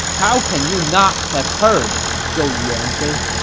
how can you not have heard! zhou yu answered